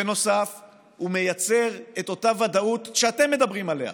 בנוסף הוא מייצר את אותה ודאות שאתם מדברים עליה,